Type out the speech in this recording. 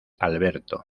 alberto